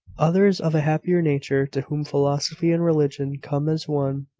others, of a happier nature, to whom philosophy and religion come as one,